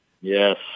Yes